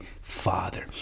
father